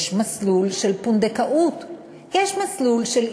יש מסלול של פונדקאות, יש מסלול של אימוץ.